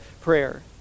prayer